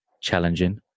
challenging